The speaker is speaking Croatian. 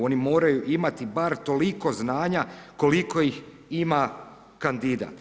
Oni moraju imati bar toliko znanja koliko ih ima kandidat.